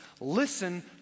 Listen